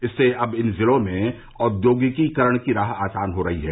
इससे अब इन जिलों में औद्योगीकरण की राह आसान हो रही है